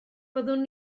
byddwn